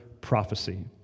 prophecy